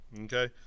Okay